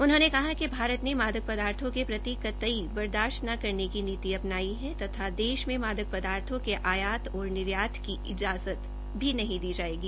उन्होंने कहा कि भारत ने मादक पदार्थों के प्रति कोताही बर्दाश्त न करने की नीति अपनाई है तथा देश में मादक पदार्थों के आयात और निर्यात की इजाजत भी नहीं दी जायेगी